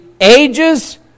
ages